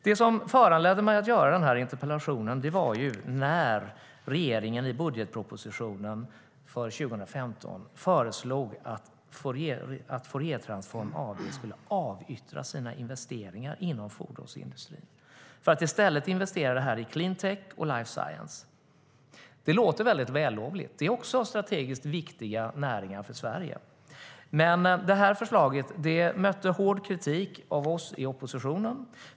Det som föranledde mig att ställa interpellationen var att regeringen i budgetpropositionen för 2015 föreslog att Fouriertransform AB skulle avyttra sina investeringar inom fordonsindustrin för att i stället investera i clean tech och life science. Det låter väldigt vällovligt. Det är också strategiskt viktiga näringar för Sverige. Men förslaget mötte hård kritik av oss i oppositionen.